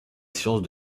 science